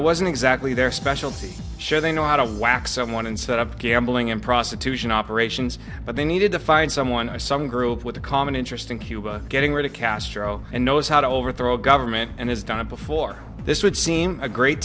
it wasn't exactly their specialty sure they know how to whack someone and set up gambling and prostitution operations but they needed to find someone some group with a common interest in cuba getting rid of castro and knows how to overthrow a government and has done it before this would seem a great